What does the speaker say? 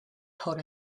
told